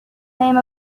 name